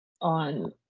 on